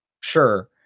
sure